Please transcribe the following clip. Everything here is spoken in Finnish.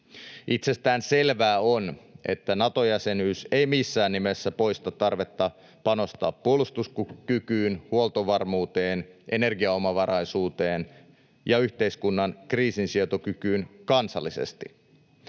Itsestään selvää on, että Nato-jäsenyys ei missään nimessä poista tarvetta panostaa puolustuskykyyn, huoltovarmuuteen, energiaomavaraisuuteen ja yhteiskunnan kriisinsietokykyyn kansallisesti.